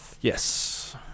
yes